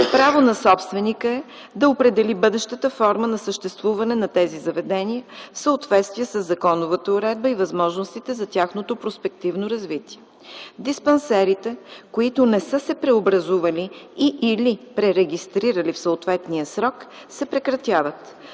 Право на собственика е да определи бъдещата форма на съществуване на тези заведения в съответствие със законовата уредба и възможностите за тяхното перспективно развитие. Диспансерите, които не са се преобразували и/или пререгистрирали в съответния срок се прекратяват,